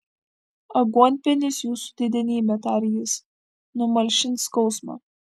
aguonpienis jūsų didenybe tarė jis numalšins skausmą